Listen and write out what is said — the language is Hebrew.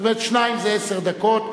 זאת אומרת, שניים זה עשר דקות.